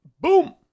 Boom